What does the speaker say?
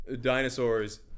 Dinosaurs